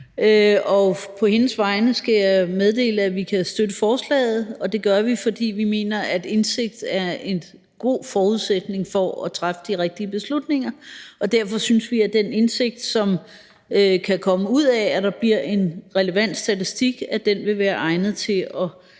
på hendes vegne skal jeg meddele, at vi kan støtte forslaget, og det kan vi, fordi vi mener, at indsigt er en god forudsætning for at træffe de rigtige beslutninger. Derfor synes vi, at den indsigt, som kan komme ud af, at der bliver en relevant statistik, vil være egnet til at